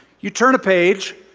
you turn a page,